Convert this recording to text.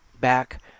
back